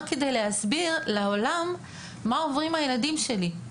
כדי להסביר לעולם מה עוברים הילדים שלי.